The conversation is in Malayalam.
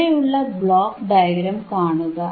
ഇവിടെയുള്ള ബ്ലോക്ക് ഡയഗ്രം കാണുക